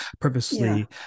purposely